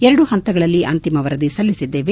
ಎರಡು ಪಂತಗಳಲ್ಲಿ ಅಂತಿಮ ವರದಿ ಸಲ್ಲಿಸಿದ್ದೇವೆ